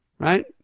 Right